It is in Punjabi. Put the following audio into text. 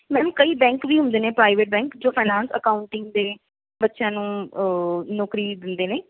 ਮੈਮ ਕਈ ਬੈਂਕ ਵੀ ਹੁੰਦੇ ਨੇ ਪ੍ਰਾਈਵੇਟ ਬੈਂਕ ਜੋ ਫਾਇਨੈਂਸ ਅਕਾਊਂਟਿੰਗ ਦੇ ਬੱਚਿਆਂ ਨੂੰ ਨੌਕਰੀ ਦਿੰਦੇ ਨੇ